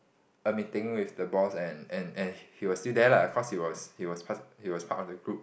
a meeting with the boss and and and he was still there lah cause he was he was pre~ he was part of the group